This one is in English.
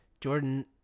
Jordan